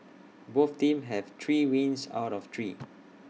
both teams have three wins out of three